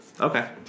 Okay